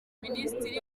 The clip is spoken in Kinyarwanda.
minisitiri